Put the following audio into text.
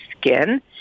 skin